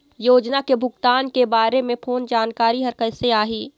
योजना के भुगतान के बारे मे फोन जानकारी हर कइसे आही?